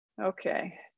okay